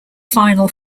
final